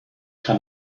kann